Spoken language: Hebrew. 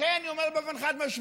לכן אני אומר באופן חד-משמעי: